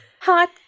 Hot